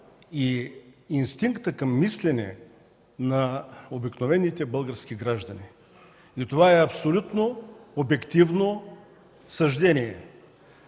и инстинкта към мислене на обикновените български граждани, и това е абсолютно обективно съждение.